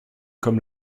comme